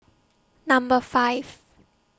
Number five